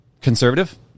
conservative